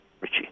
Richie